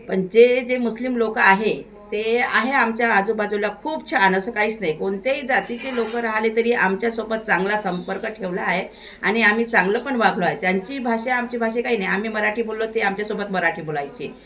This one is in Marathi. पण जे जे मुस्लिम लोकं आहे ते आहे आमच्या आजूबाजूला खूप छान असं काहीच नाही कोणत्याही जातीचे लोकं राहिले तरी आमच्यासोबत चांगला संपर्क ठेवला आहे आणि आम्ही चांगलं पण वागलो आहे त्यांची भाषा आमची भाषा काही नाही आम्ही मराठी बोललो ते आमच्यासोबत मराठी बोलायचे